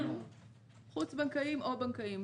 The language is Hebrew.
חוץ בנקאיים או בנקאיים.